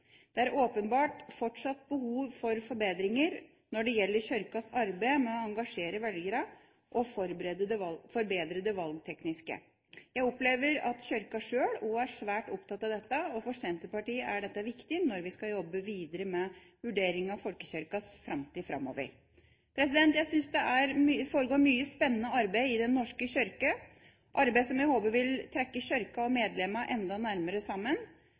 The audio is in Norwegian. Det er åpenbart fortsatt behov for forbedringer når det gjelder Kirkas arbeid med å engasjere velgerne og å forbedre det valgtekniske. Jeg opplever at Kirka sjøl også er svært opptatt av dette, og for Senterpartiet er dette viktig når vi skal jobbe videre med vurderinga av folkekirkas framtid framover. Jeg synes det foregår mye spennende arbeid i Den norske kirke – arbeid som jeg håper vil trekke Kirka og medlemmene enda nærmere sammen.